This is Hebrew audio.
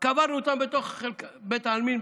וקברנו אותן בתוך בית העלמין,